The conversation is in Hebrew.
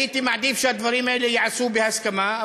הייתי מעדיף שהדברים האלה ייעשו בהסכמה,